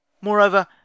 Moreover